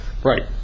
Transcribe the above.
Right